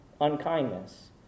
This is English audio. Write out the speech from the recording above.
unkindness